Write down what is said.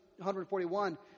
141